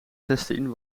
zestien